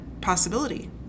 possibility